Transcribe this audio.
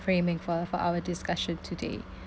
framing for for our discussion today